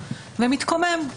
ומתקומם,